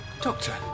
Doctor